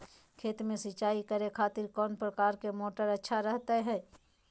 खेत में सिंचाई करे खातिर कौन प्रकार के मोटर अच्छा रहता हय?